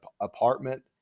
apartment